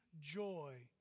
joy